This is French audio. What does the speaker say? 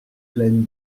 pleine